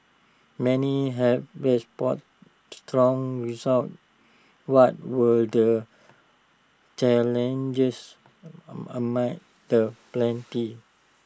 many have strong results what were the challenges A amid the plenty